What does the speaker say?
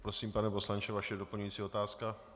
Prosím, pane poslanče, vaše doplňující otázka.